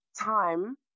time